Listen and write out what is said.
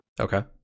Okay